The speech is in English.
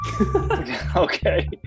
Okay